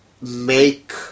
make